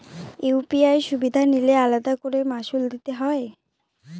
UPI সুবিধা নিলে আলাদা করে মাসুল দিতে হয়?